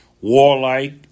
warlike